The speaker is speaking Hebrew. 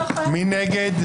מי נגד?